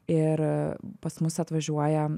ir pas mus atvažiuoja